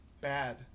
bad